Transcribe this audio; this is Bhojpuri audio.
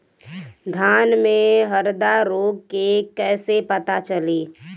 धान में हरदा रोग के कैसे पता चली?